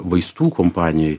vaistų kompanijoj